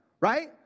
right